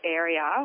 area